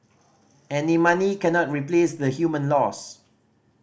any money cannot replace the human loss